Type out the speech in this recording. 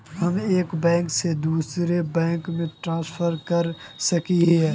हम एक बैंक से दूसरा बैंक में ट्रांसफर कर सके हिये?